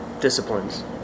disciplines